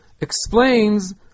explains